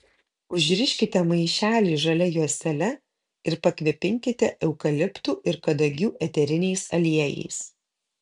užriškite maišelį žalia juostele ir pakvepinkite eukaliptų ir kadagių eteriniais aliejais